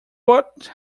but